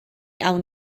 awn